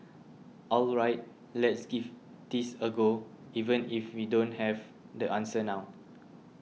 all right let's just give this a go even if we don't have the answer now